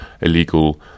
illegal